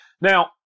Now